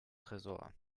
tresor